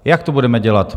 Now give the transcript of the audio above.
Jak to budeme dělat?